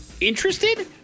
interested